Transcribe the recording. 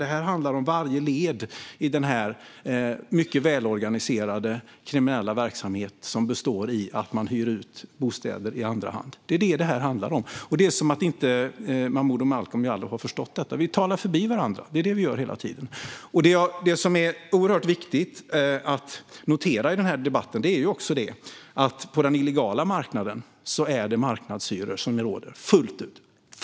Det handlar om varje led i den här mycket välorganiserade kriminella verksamheten som består av att man hyr ut bostäder i andra hand. Det är vad det handlar om. Det verkar som att Momodou Malcolm Jallow inte har förstått det. Vi talar förbi varandra hela tiden. I den här debatten är det viktigt att notera att på den illegala marknaden är det marknadshyror som råder, fullt ut.